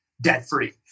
debt-free